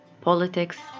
politics